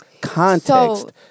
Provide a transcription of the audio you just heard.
context